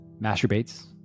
masturbates